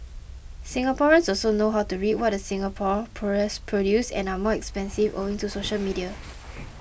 Singaporeans also know how to read what the Singapore press produces and are more expensive owing to social media